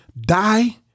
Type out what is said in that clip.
Die